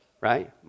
right